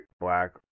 black